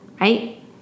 right